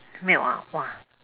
milk ah !wah!